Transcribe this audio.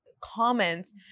comments